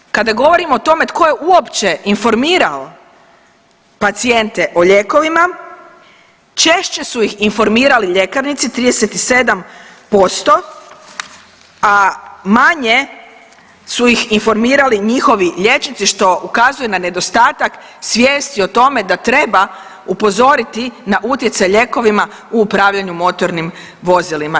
Dakle, kada govorimo o tome tko je uopće informirao pacijente o lijekovima češće su ih informirali ljekarnici 37%, a manje su ih informirali njihovi liječnici što ukazuje na nedostatak svijesti o tome da treba upozoriti na utjecaj lijekovima u upravljanju motornim vozilima.